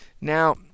Now